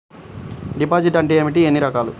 Deposit అంటే ఏమిటీ ఎన్ని రకాలు?